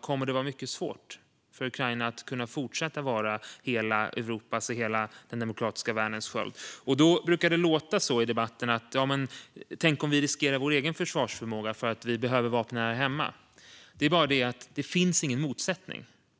kommer det att vara mycket svårt för Ukraina att kunna fortsätta vara hela Europas och hela den demokratiska världens sköld. Då brukar det låta i debatten: Tänk om vi riskerar vår egen försvarsförmåga för att vi behöver vapen här hemma. Det är bara det att det inte finns någon motsättning.